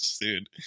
dude